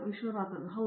ವಿಶ್ವನಾಥನ್ ಹೌದು